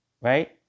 Right